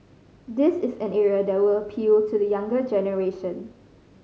this is an area that would appeal to the younger generation